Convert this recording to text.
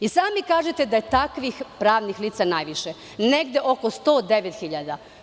I sami kažete da je takvih pravnih lica najviše, negde oko 109.000.